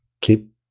keep